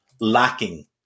lacking